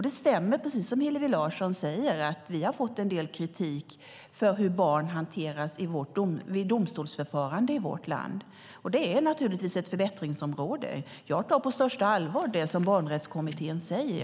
Det stämmer, precis som Hillevi Larsson säger, att vi har fått en del kritik för hur barn hanteras vid domstolsförfaranden i vårt land. Det är naturligtvis ett förbättringsområde. Jag tar det som barnrättskommittén säger på största allvar.